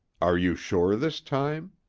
are you sure this time?